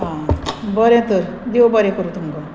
आं बरें तर देव बरें करूं तुमकां